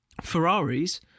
Ferraris